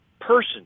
person